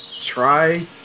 try